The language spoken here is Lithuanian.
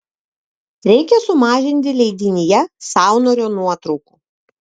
reikia sumažinti leidinyje saunorio nuotraukų